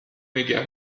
نگه